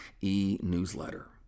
e-newsletter